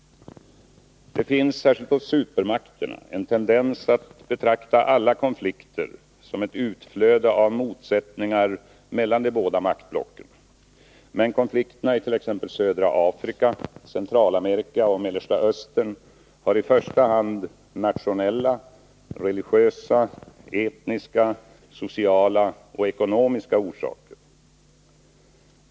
Det finns, särskilt hos supermakterna, en tendens att betrakta alla konflikter som ett utflöde av motsättningar mellan de båda maktblocken. Men konflikterna it.ex. södra Afrika, Centralamerika och Mellersta Östern har i första hand nationella, religiösa, etniska, sociala och ekonomiska orsaker.